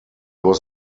was